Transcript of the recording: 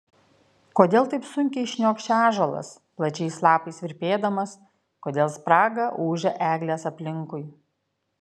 kodėl taip sunkiai šniokščia ąžuolas plačiais lapais virpėdamas kodėl spraga ūžia eglės aplinkui